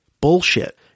Bullshit